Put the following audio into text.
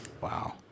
Wow